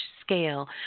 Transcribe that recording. scale